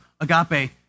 Agape